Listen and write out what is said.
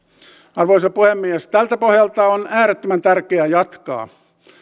arvoisa puhemies tältä pohjalta on äärettömän tärkeää jatkaa